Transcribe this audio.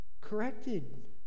corrected